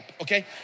okay